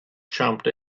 jumped